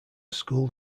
school